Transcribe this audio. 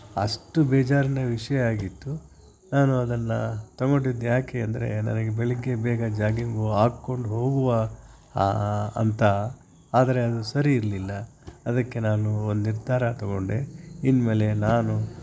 ಅಷ್ಟು ಬೇಜಾರಿನ ವಿಷಯ ಆಗಿತ್ತು ನಾನು ಅದನ್ನು ತಗೊಂಡಿದ್ಯಾಕೆ ಅಂದರೆ ನನಗೆ ಬೆಳಿಗ್ಗೆ ಬೇಗ ಜಾಗಿಂಗ್ಗೆ ಹಾಕಿಕೊಂಡು ಹೋಗುವ ಅಂತ ಆದರೆ ಅದು ಸರಿ ಇರಲಿಲ್ಲ ಅದಕ್ಕೆ ನಾನು ಒಂದು ನಿರ್ಧಾರ ತಗೊಂಡೆ ಇನ್ಮೇಲೆ ನಾನು